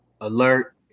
alert